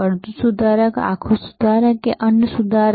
અડધુ સુધારક આખુ સુધારક કે અન્ય સુધારક